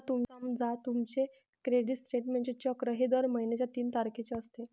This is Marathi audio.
समजा तुमचे क्रेडिट स्टेटमेंटचे चक्र हे दर महिन्याच्या तीन तारखेचे असते